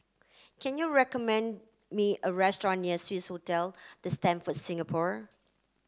can you recommend me a restaurant near Swissotel The Stamford Singapore